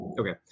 Okay